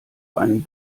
einen